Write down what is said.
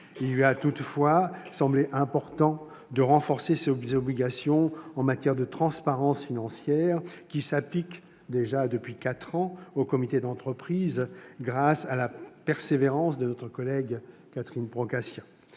Il lui a toutefois semblé important de renforcer les obligations de celui-ci en matière de transparence financière, obligations qui s'appliquent déjà depuis quatre ans aux comités d'entreprise grâce à la persévérance de notre collègue Catherine Procaccia.